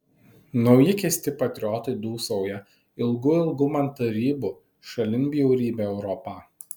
nauji keisti patriotai dūsauja ilgu ilgu man tarybų šalin bjaurybę europą